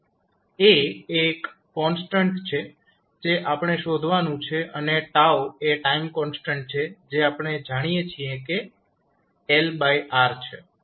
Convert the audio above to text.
A એક constant છે જે આપણે શોધવાનું છે અને એ ટાઈમ કોન્સ્ટન્ટ છે જે આપણે જાણીએ છીએ કે LR છે